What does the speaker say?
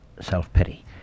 self-pity